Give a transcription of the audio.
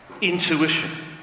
intuition